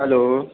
hello